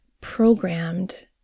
programmed